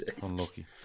Unlucky